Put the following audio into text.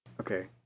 Okay